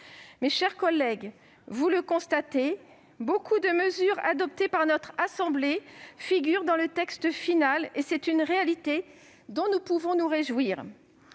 Mes chers collègues, comme vous le constatez, beaucoup de mesures adoptées par notre assemblée figurent dans le texte final ; c'est une réalité dont nous pouvons nous réjouir.